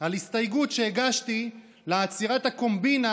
על הסתייגות שהגשתי לעצירת הקומבינה